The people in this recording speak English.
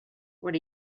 what